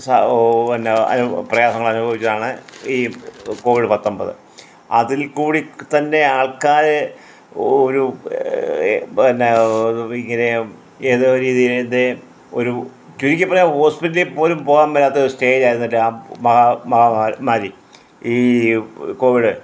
സ ഓ പിന്നെ പ്രയാസങ്ങൾ അനുഭവിച്ചാണ് ഈ കോവിഡ് പത്തൊൻപത് അതിൽക്കൂടി തന്നെ ആൾക്കാർ ഒരു പിന്നെ ഇങ്ങനെ ഏതോ രീതിയിൽ ഇത് ഒരു ചുരുക്കി പറഞ്ഞാൽ ഹോസ്പിറ്റലിൽ പോലും പോകാൻ മേലാത്ത ഒരു സ്റ്റേജ് ആയിരുന്നു മഹാ മഹാമാരി ഈ കോവിഡ്